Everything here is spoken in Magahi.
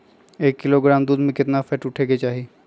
एक किलोग्राम दूध में केतना फैट उठे के चाही?